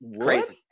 crazy